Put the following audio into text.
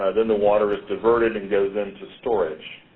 ah then the water is diverted and goes into storage.